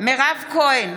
מירב כהן,